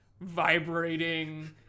vibrating